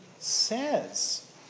says